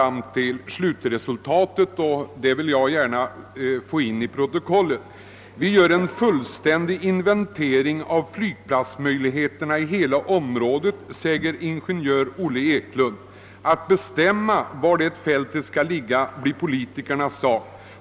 Avslutningsvis görs följande uttalande, som jag gärna vill få med till kammarens protokoll: »— Vi gör en fullständig inventering av flygplatsmöjligheterna i hela området, säger ingenjör Olle Eklund. Att bestämma var det fältet skall ligga blir politikernas sak.